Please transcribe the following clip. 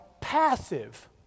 passive